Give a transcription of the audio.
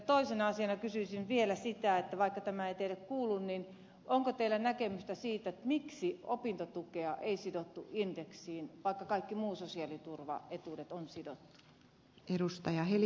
toisena asiana kysyisin vielä sitä vaikka tämä ei teille kuulu onko teillä näkemystä siitä miksi opintotukea ei sidottu indeksiin vaikka kaikki muut sosiaaliturvaetuudet on sidottu